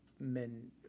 men